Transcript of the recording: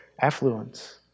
affluence